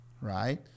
right